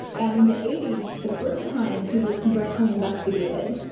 and in the eighty s, the first time he was congressionally investigated,